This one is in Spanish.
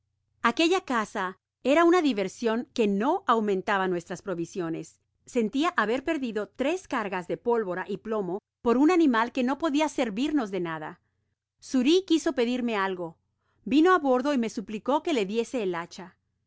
aquella caza era una diversion que no aumentaba nuestras provisiones sentía haber perdido tres cargas de pólvora y plomo por un animal que no podia servirnos de nada xuri quiso pedirme algo vino á bordo y me suplicó que le diese el hacha le